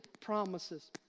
promises